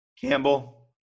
Campbell